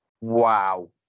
wow